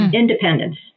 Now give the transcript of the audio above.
independence